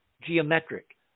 geometric